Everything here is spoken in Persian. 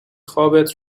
خوابت